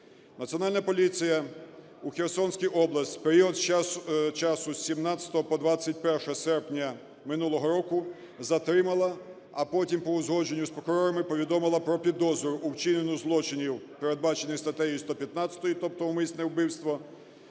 Національна поліція у Херсонській області в період часу з 17-го по 21 серпня минулого року затримала, а потім по узгодженню з прокурорами повідомила про підозру у вчиненні злочинів, передбачених статтею 115, тобто умисне вбивство,